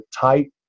tight